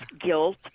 guilt